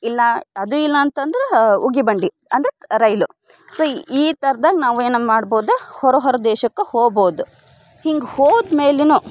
ಇಲ್ಲ ಅದು ಇಲ್ಲ ಅಂತಂದ್ರೆ ಉಗಿಬಂಡಿ ಅಂದ್ರೆ ರೈಲು ಸೊ ಈ ಥರ್ದಾಗ ನಾವೇನು ಮಾಡ್ಬೋದು ಹೊರ ಹೊರ ದೇಶಕ್ಕೆ ಹೋಗ್ಬೋದು ಹಿಂಗೆ ಹೋದ್ಮೇಲೆಯೂ